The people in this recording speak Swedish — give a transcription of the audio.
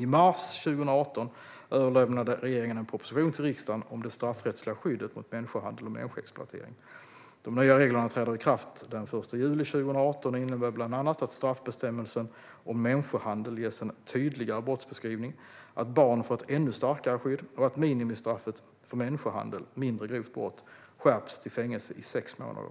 I mars 2018 överlämnade regeringen en proposition till riksdagen om det straffrättsliga skyddet mot människohandel och människoexploatering. De nya reglerna träder i kraft den 1 juli 2018 och innebär bland annat att straffbestämmelsen om människohandel ges en tydligare brottsbeskrivning, att barn får ett ännu starkare skydd och att minimistraffet för människohandel, mindre grovt brott, skärps till fängelse i sex månader.